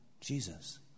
Jesus